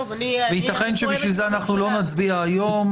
וייתכן שבשביל זה אנחנו לא נצביע היום,